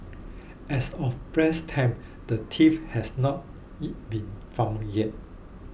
as of press time the thief has not been found yet